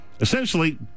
Essentially